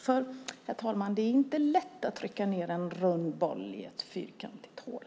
Det är inte lätt, herr talman, att trycka ned en rund boll i ett fyrkantigt hål.